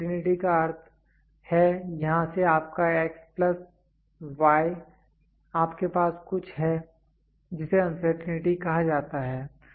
uncertainty का अर्थ है यहां से आपका x प्लस y आपके पास कुछ है जिसे अनसर्टेंटी कहा जाता है